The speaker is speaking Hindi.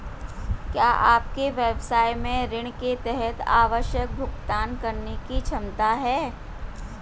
क्या आपके व्यवसाय में ऋण के तहत आवश्यक भुगतान करने की क्षमता है?